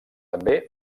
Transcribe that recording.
també